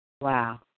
Wow